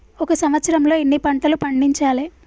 ఒక సంవత్సరంలో ఎన్ని పంటలు పండించాలే?